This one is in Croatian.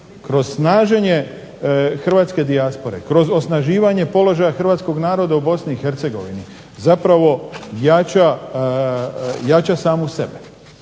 kroz snaženje hrvatske dijaspore, kroz osnaživanje položaja hrvatskog naroda u BiH zapravo jača samu sebe.